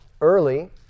early